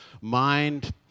mind